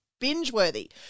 binge-worthy